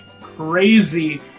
crazy